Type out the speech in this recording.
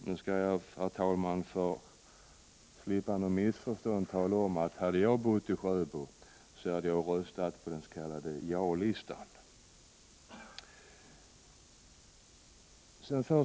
Jag skall, herr talman, för att undvika missförstånd tala om att om jag hade bott i Sjöbo hade jag röstat på den s.k. ja-listan.